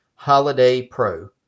holidaypro